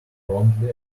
promptly